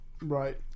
Right